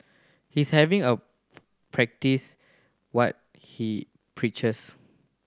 he's having a practice what he preaches